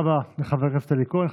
תודה רבה לחבר הכנסת אלי כהן.